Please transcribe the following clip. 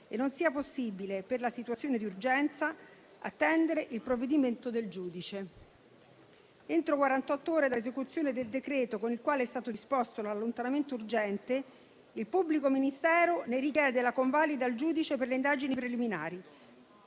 e non sia possibile per la situazione di urgenza attendere il provvedimento del giudice. Entro quarantott'ore dall'esecuzione del decreto con il quale è stato disposto l'allontanamento urgente, il pubblico ministero ne richiede la convalida al giudice per le indagini preliminari